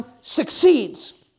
succeeds